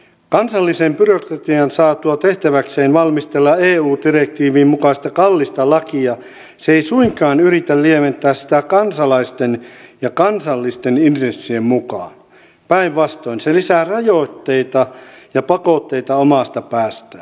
kansallisen byrokratian saatua tehtäväkseen valmistella eu direktiivin mukaista kallista lakia se ei suinkaan yritä lieventää sitä kansalaisten ja kansallisten intressien mukaan päinvastoin se lisää rajoitteita ja pakotteita omasta päästään